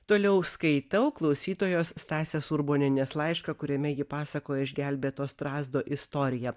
toliau skaitau klausytojos stasės urbonienės laišką kuriame ji pasakojo išgelbėto strazdo istoriją